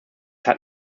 hat